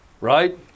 right